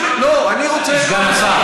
סגן השר,